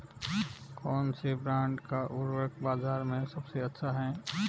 कौनसे ब्रांड का उर्वरक बाज़ार में सबसे अच्छा हैं?